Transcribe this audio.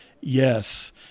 yes